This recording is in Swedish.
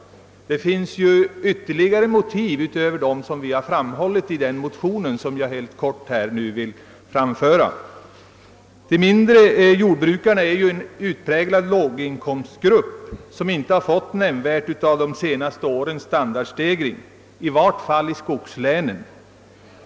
Det finns ytterligare motiv utöver dem vi anfört i reservationen som jag nu helt kort vill framföra. De mindre jordbrukarna är en utpräglad låginkomstgrupp som inte fått nämnvärt av de senaste årens standardstegring, i vart fall i skogslänen.